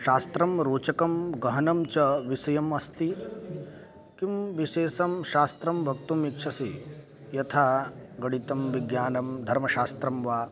शास्त्रं रोचकं गहनं च विषयम् अस्ति किं विशेषं शास्त्रं वक्तुम् इच्छसि यथा गणितं विज्ञानं धर्मशास्त्रं वा